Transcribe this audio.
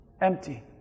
Empty